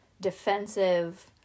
defensive